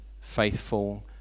faithful